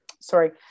sorry